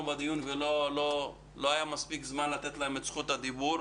בדיון ולא היה מספיק זמן לתת להם את זכות הדיבור.